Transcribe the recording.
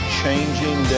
changing